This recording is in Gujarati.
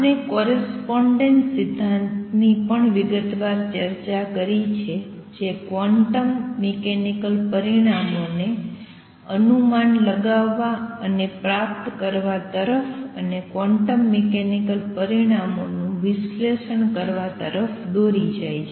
આપણે કોરસ્પોંડેન્સ સિદ્ધાંતની પણ વિગતવાર ચર્ચા કરી છે જે ક્વોન્ટમ મિકેનિકલ પરિણામોને અનુમાન લગાવવા અને પ્રાપ્ત કરવા તરફ અને ક્વોન્ટમ મિકેનિકલ પરિણામોનું વિશ્લેષણ કરવા તરફ દોરી જાય છે